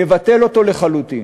מבטל אותו לחלוטין.